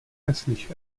neslyšel